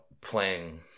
playing